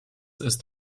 ist